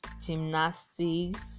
gymnastics